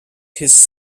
his